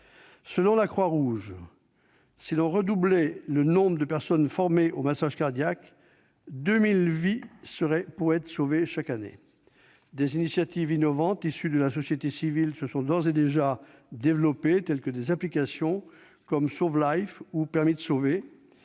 Selon la Croix-Rouge, si l'on doublait le nombre de personnes formées au massage cardiaque, 2 000 vies pourraient être sauvées chaque année. Des initiatives innovantes, issues de la société civile, se sont d'ores et déjà développées, telles que des applications, comme « SAUV Life » ou « Permis de sauver